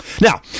Now